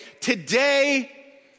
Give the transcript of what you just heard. today